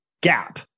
gap